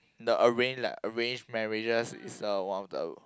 the arrange like arranged marriages is a one of the